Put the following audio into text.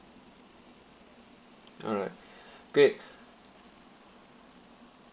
alright great